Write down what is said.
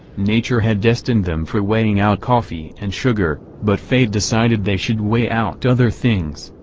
nature had destined them for weighing out coffee and sugar, but fate decided they should weigh out other things,